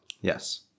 yes